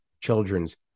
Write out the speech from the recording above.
children's